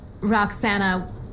Roxana